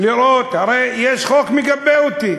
הרי יש חוק שמגבה אותי.